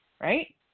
right